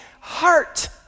heart